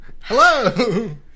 Hello